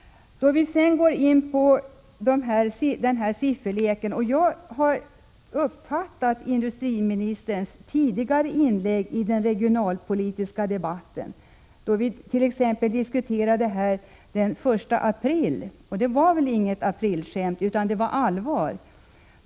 Jag vill säga att jag har uppfattat industriministern så som han uttryckte sig tidigare i bl.a. den regionalpolitiska debatten den 1 april — för det var väl inget aprilskämt, utan det var väl allvar?